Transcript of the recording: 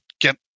get